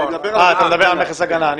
אני מדבר על מכס הגנה.